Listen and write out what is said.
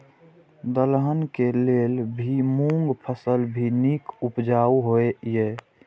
दलहन के लेल भी मूँग फसल भी नीक उपजाऊ होय ईय?